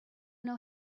know